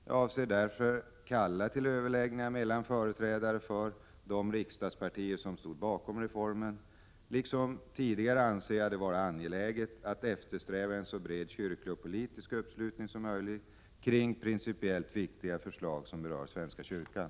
Jag avser att därefter kalla till överläggningar mellan företrädare för de riksdagspartier som stod bakom reformen. Liksom tidigare anser jag det vara angeläget att eftersträva en så bred kyrklig och politisk uppslutning som möjligt kring principiellt viktiga förslag som berör svenska kyrkan.